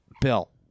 Bill